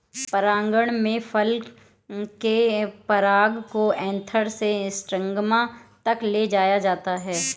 परागण में फल के पराग को एंथर से स्टिग्मा तक ले जाया जाता है